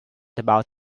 about